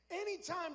Anytime